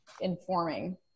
informing